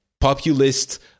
populist